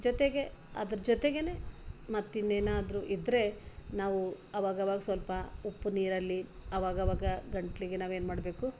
ಜೊತೆಗೆ ಅದ್ರ ಜೊತೆಗೆ ಮತ್ತು ಇನ್ನೇನಾದರೂ ಇದ್ದರೆ ನಾವು ಅವಾಗವಾಗ ಸ್ವಲ್ಪ ಉಪ್ಪು ನೀರಲ್ಲಿ ಅವಾಗವಾಗ ಗಂಟಲಿಗೆ ನಾವೇನ್ಮಾಡಬೇಕು